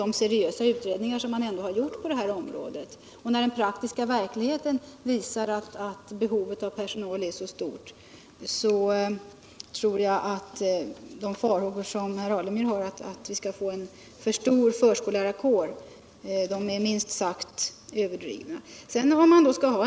De seriösa utredningar som har gjorts på området och den praktiska verkligheten har visat att behovet av personal är så stort att de farhågor som herr Alemyr hyser för att vi skulle kunna få en alltför stor förskolärarkår är minst sagt överdrivna.